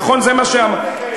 נכון, זה מה שאמרת?